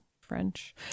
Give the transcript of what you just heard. french